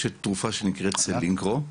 יש תרופה שנקראת "סלינקרו"